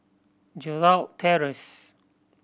Gerald Terrace